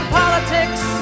politics